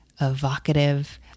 evocative